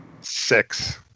Six